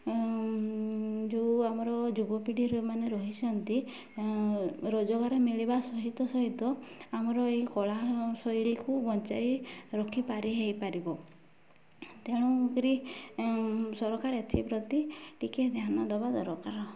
ଯେଉଁ ଆମର ଯୁବପିଢ଼ି ମାନେ ରହିଛନ୍ତି ରୋଜଗାର ମିଳିବା ସହିତ ସହିତ ଆମର ଏଇ କଳା ଶୈଳୀକୁ ବଞ୍ଚାଇ ରଖିପାରି ହେଇପାରିବ ତେଣୁକରି ସରକାର ଏଥିପ୍ରତି ଟିକେ ଧ୍ୟାନ ଦେବା ଦରକାର